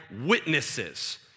witnesses